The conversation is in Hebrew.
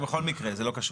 בכל מקרה, זה לא קשור.